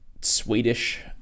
Swedish